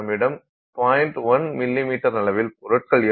1 மிமீ அளவில் பொருள்கள் இருந்தால் அதில் 0